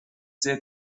sehr